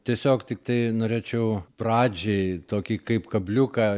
tiesiog tiktai norėčiau pradžiai tokį kaip kabliuką